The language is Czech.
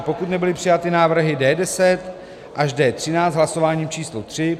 pokud nebyly přijaty návrhy D10 až D13 hlasováním číslo tři